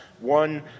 one